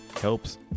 helps